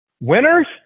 winners